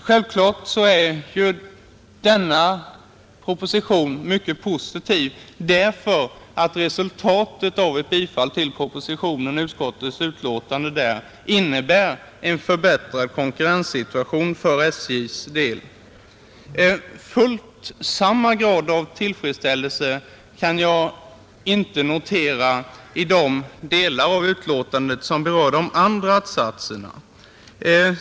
Självklart är propositionen mycket positiv, eftersom ett bifall till propositionen och till utskottets hemställan innebär en förbättrad konkurrenssituation för SJ:s del. Samma grad av tillfredsställelse kan jag inte notera beträffande de delar av utskottets betänkande som berör de båda andra att-satserna.